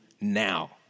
now